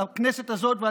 לכנסת הזאת,